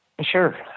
Sure